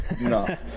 no